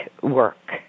work